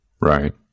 right